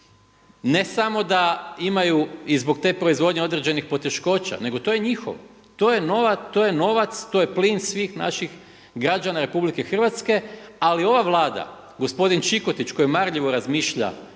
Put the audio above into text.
ne samo da imaju i zbog te proizvodnje određenih poteškoća, nego to je njihovo. To je novac, to je plin svih naših građana RH. Ali ova Vlada gospodin Čikotić koji marljivo razmišlja